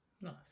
Nice